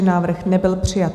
Návrh nebyl přijat.